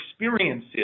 experiences